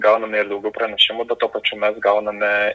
gauname ir daugiau pranešimų bet tuo pačiu mes gauname